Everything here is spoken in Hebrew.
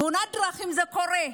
תאונת דרכים קורית,